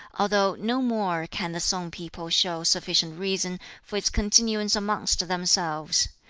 although no more can the sung people show sufficient reason for its continuance amongst themselves.